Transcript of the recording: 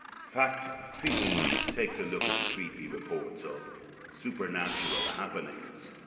fact feast takes a look at the creepy reports of supernatural happenings,